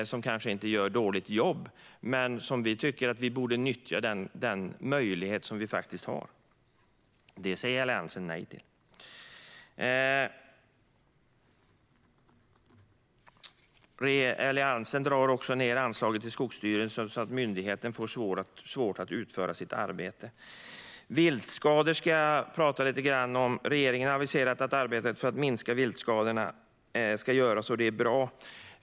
De gör kanske inte ett dåligt jobb, men vi tycker att vi borde nyttja den möjlighet vi har. Det säger Alliansen nej till. Alliansen vill också dra ned anslaget till Skogsstyrelsen, vilket skulle leda till att myndigheten får svårt att utföra sitt arbete. Jag ska tala lite grann om viltskador. Regeringen har aviserat att arbete ska göras för att minska viltskadorna, och det är bra.